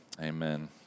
Amen